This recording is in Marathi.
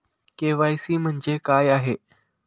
के.वाय.सी म्हणजे काय आहे?